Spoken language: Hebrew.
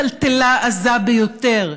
טלטלה עזה ביותר,